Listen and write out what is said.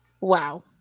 wow